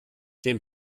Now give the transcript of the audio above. den